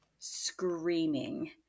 screaming